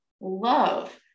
love